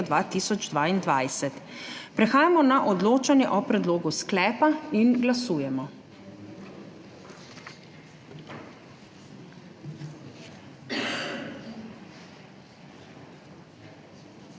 2022. Prehajamo na odločanje o predlogu sklepa. Glasujemo.